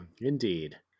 Indeed